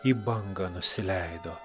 į bangą nusileido